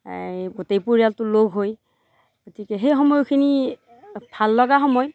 এই গোটেই পৰিয়ালটো লগ হৈ গতিকে সেই সময়খিনি ভাললগা সময়